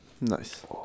Nice